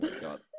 God